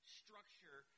structure